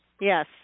Yes